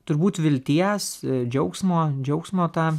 turbūt vilties džiaugsmo džiaugsmo ta